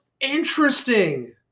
interesting